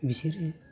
बिसोरो